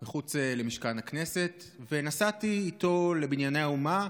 מחוץ למשכן הכנסת, ונסעתי איתו לבנייני האומה.